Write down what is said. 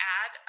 add